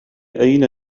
أين